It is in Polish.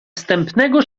wstępnego